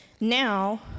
now